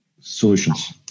Solutions